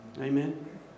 Amen